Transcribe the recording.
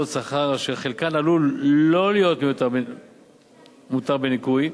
שכר אשר חלקן עלול לא להיות מותר בניכוי,